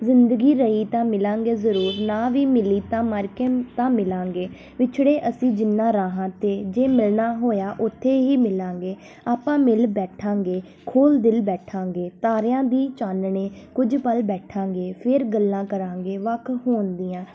ਜ਼ਿੰਦਗੀ ਰਹੀ ਤਾਂ ਮਿਲਾਂਗੇ ਜ਼ਰੂਰ ਨਾ ਵੀ ਮਿਲੀ ਤਾਂ ਮਰ ਕੇ ਤਾਂ ਮਿਲਾਂਗੇ ਵਿਛੜੇ ਅਸੀਂ ਜਿਨ੍ਹਾਂ ਰਾਹਾਂ 'ਤੇ ਜੇ ਮਿਲਣਾ ਹੋਇਆ ਉੱਥੇ ਹੀ ਮਿਲਾਂਗੇ ਆਪਾਂ ਮਿਲ ਬੈਠਾਂਗੇ ਖੁਲ ਦਿਲ ਬੈਠਾਂਗੇ ਤਾਰਿਆਂ ਦੀ ਚਾਨਣੇ ਕੁਝ ਪਲ ਬੈਠਾਗੇ ਫਿਰ ਗੱਲਾਂ ਕਰਾਂਗੇ ਵੱਖ ਹੋਣ ਦੀਆਂ